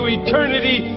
eternity